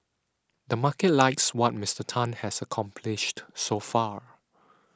the market likes what Mister Tan has accomplished so far